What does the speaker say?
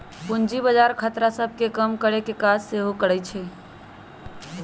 पूजी बजार खतरा सभ के कम करेकेँ काज सेहो करइ छइ